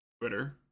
Twitter